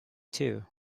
too